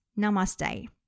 Namaste